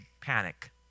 panic